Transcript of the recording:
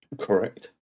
Correct